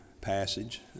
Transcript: passage